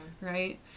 right